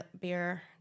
beer